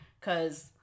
Cause